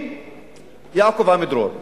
במילואים יעקב עמידרור,